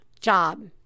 job